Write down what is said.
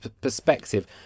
perspective